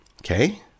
okay